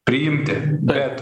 priimti bet